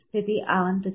તેથી આ અંત છે